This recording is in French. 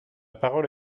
parole